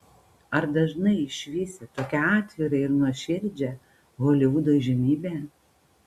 ar dažnai išvysi tokią atvirą ir nuoširdžią holivudo įžymybę